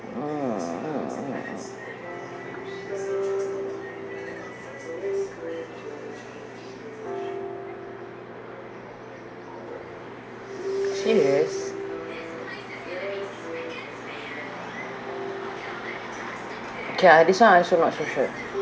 um mm mm serious kay ah this [one] I also not so sure